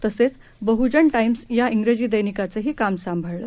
तसेच बह्जन टा मिस या जिजी दैनिकाचंही काम सांभाळलं